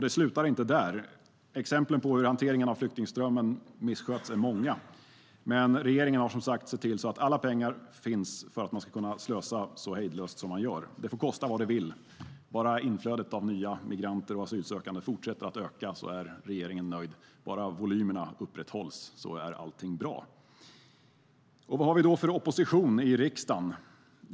Det slutar inte där. Exemplen på hur hanteringen av flyktingströmmen missköts är många. Men regeringen har som sagt sett till så att alla pengar finns för att man ska kunna slösa så hejdlöst som man gör. Det får kosta vad det vill. Om bara inflödet av nya migranter och asylsökande fortsätter att öka är regeringen nöjd. Om bara volymerna upprätthålls är allting bra. Vad har vi då för opposition i riksdagen?